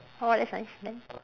orh that's nice then